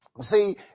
See